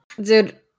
Dude